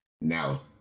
now